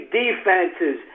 defenses